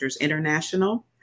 International